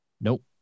Nope